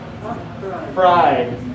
fried